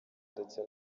ndetse